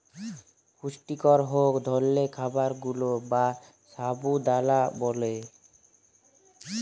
পুষ্টিকর ইক ধরলের খাবার সাগু বা সাবু দালা ব্যালে